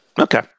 Okay